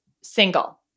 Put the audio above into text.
single